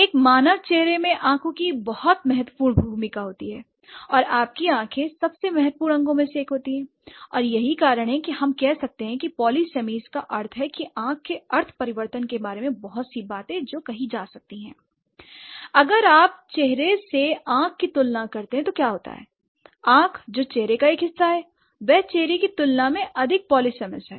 एक मानव चेहरे में आंखों की बहुत महत्वपूर्ण भूमिका होती है l और आपकी आंखें सबसे महत्वपूर्ण अंगों में से एक होती हैं lऔर यही कारण है कि हम कह सकते हैं कि पोलीसेमियाका अर्थ है कि आंख के अर्थ परिवर्तन के बारे में बहुत सी बातें जो कही जा सकती हैं l अगर आप चेहरे से आंख की तुलना करते हैं तो क्या होता है आंख जो चेहरे का एक हिस्सा है वह चेहरे की तुलना में अधिक पॉलीसेमस है